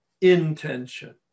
intention